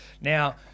Now